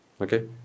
Okay